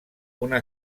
una